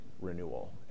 renewal